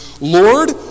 Lord